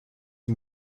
ihm